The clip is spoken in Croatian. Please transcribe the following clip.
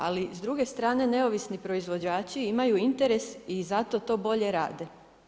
Ali s druge strane neovisni proizvođači imaju interes i zato to bolje rade.